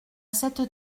cette